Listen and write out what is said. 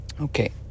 Okay